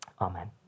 amen